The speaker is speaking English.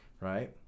right